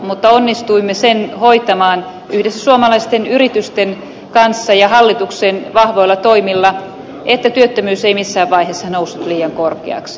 mutta onnistuimme sen hoitamaan yhdessä suomalaisten yritysten kanssa ja hallituksen vahvoilla toimilla että työttömyys ei missään vaiheessa noussut liian korkeaksi